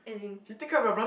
as in